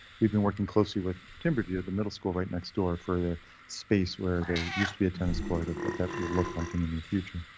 we've been working closely with timberview at the middle school right next door for the space where there used to be a tennis court of what that will look like in the near future.